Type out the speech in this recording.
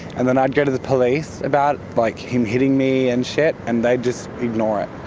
and then i'd go to the police about like him hitting me and shit and they'd just ignore it.